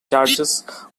charges